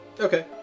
Okay